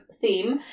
theme